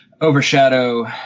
overshadow